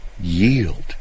yield